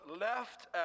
left